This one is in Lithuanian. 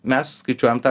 mes skaičiuojam tą